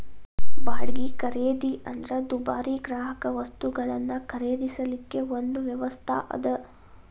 ಬಾಡ್ಗಿ ಖರೇದಿ ಅಂದ್ರ ದುಬಾರಿ ಗ್ರಾಹಕವಸ್ತುಗಳನ್ನ ಖರೇದಿಸಲಿಕ್ಕೆ ಒಂದು ವ್ಯವಸ್ಥಾ ಅದ